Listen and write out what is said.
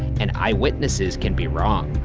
and eyewitnesses can be wrong.